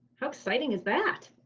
how exciting is that?